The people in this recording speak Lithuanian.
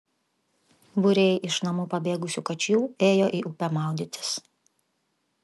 būriai iš namų pabėgusių kačių ėjo į upę maudytis